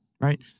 right